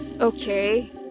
Okay